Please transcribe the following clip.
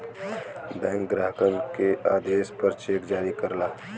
bank ग्राहक के आदेश पर चेक जारी करला